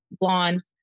blonde